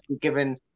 given